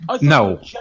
No